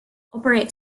operate